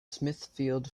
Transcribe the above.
smithfield